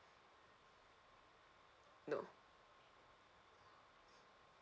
no